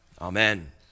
Amen